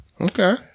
Okay